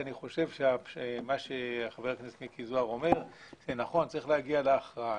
אני חושב שמה שחבר הכנסת זוהר אומר הוא נכון צריך להגיע להכרעה.